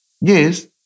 Yes